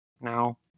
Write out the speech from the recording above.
now